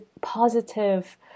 positive